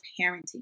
parenting